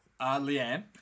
Leanne